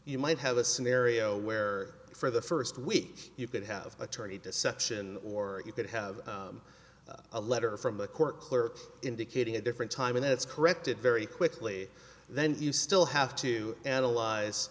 you might have a scenario where for the first week you could have attorney deception or you could have a letter from a court clerk indicating a different time and that's corrected very quickly then you still have to analyze